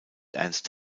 ernst